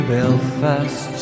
Belfast